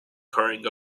carrying